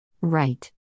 Right